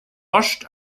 washed